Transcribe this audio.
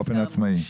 באופן עצמאי?